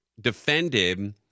defended